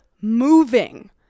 moving